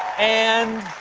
and,